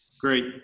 Great